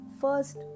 first